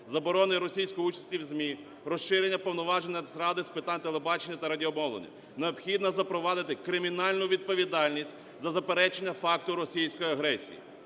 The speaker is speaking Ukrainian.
заборони російської участі в ЗМІ, розширення повноважень Нацради з питань телебачення та радіомовлення. Необхідно запровадити кримінальну відповідальність за заперечення факту російської агресії.